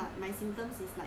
ya